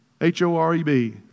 H-O-R-E-B